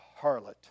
harlot